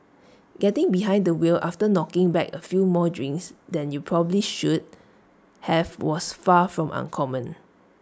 getting behind the wheel after knocking back A few more drinks than you probably should have was far from uncommon